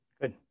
Good